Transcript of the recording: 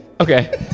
Okay